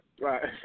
Right